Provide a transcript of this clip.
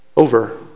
over